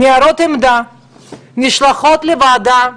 ניירות עמדה נשלחות לוועדה,